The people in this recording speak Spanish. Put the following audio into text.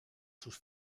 sus